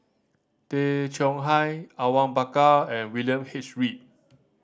Tay Chong Hai Awang Bakar and William H Read